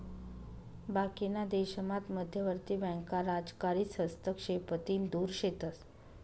बाकीना देशामात मध्यवर्ती बँका राजकारीस हस्तक्षेपतीन दुर शेतस